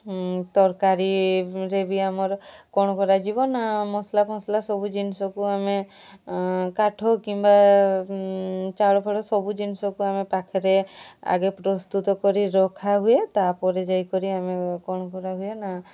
ତରକାରୀରେ ବି ଆମର କ'ଣ କରାଯିବ ନା ମସଲା ଫସଲା ସବୁ ଜିନିଷକୁ ଆମେ କାଠ କିମ୍ବା ଚାଉଳ ଫାଉଳ ସବୁ ଜିନିଷକୁ ଆମେ ପାଖରେ ଆଗେ ପ୍ରସ୍ତୁତ କରି ରଖାହୁଏ ତା'ପରେ ଯାଇକରି ଆମେ କ'ଣ କରାହୁଏ ନା